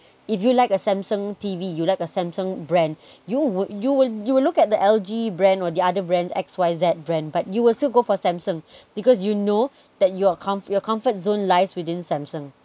if you like a samsung T_V you like a samsung brand you will you will you will look at the L_G brand with the other brands X_Y_Z brand but you will still go for samsung because you know that your com~ your comfort zone lies within samsung